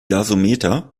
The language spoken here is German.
gasometer